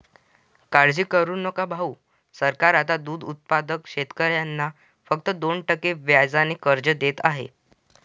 काळजी करू नका भाऊ, सरकार आता दूध उत्पादक शेतकऱ्यांना फक्त दोन टक्के व्याजाने कर्ज देत आहे